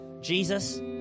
Jesus